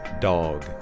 dog